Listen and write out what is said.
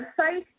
website